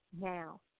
now